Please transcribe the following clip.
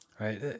Right